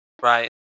Right